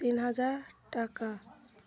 তিন হাজার টাকা